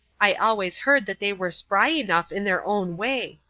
i always heard that they were spry enough in their own way.